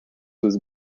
was